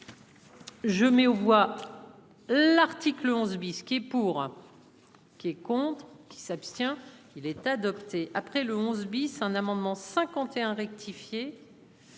Je mets aux voix. L'article 11 bis. Qui est pour. Qui est contre. Qui s'abstient. Il est adopté. Et le 11 bis, un amendement 51. Ratifier.